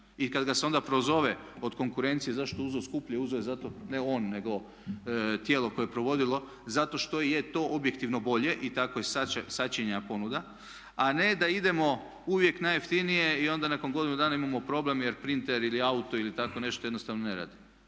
i kada ga se onda prozove od konkurencije zašto je uzeo skuplje, uzeo je zato, ne on nego tijelo koje je provodilo, zato što je to objektivno bolje i tako i je i sačinjena ponuda. A ne da idemo uvijek najjeftinije i onda nakon godinu dana imamo problem jer printer ili auto ili tako nešto jednostavno ne radi.